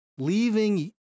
leaving